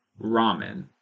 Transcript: ramen